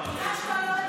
ביקשת לא לדבר.